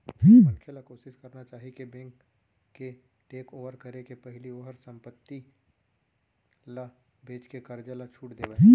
मनखे ल कोसिस करना चाही कि बेंक के टेकओवर करे के पहिली ओहर संपत्ति ल बेचके करजा ल छुट देवय